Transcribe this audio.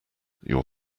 your